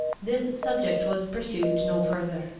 this subject was pursued no further,